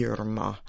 Irma